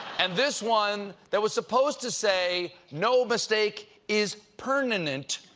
and this one that was supposed to say no mistake is pern-anent,